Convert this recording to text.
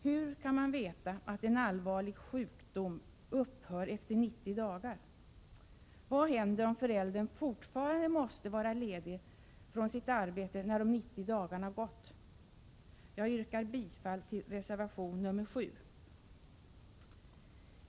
Hur kan man veta att en allvarlig sjukdom upphör efter 90 dagar? Vad händer om föräldern fortfarande måste vara ledig från sitt arbete när de 90 dagarna gått? Jag yrkar bifall till reservation nr 7.